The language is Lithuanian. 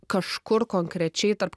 kažkur konkrečiai tarp